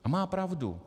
A má pravdu.